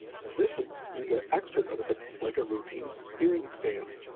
in addition, you get extra benefits, like a routine hearing exam,